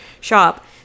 shop